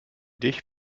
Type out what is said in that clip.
dich